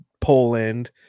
Poland